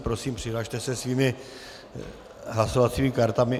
Prosím, přihlaste se svými hlasovacími kartami.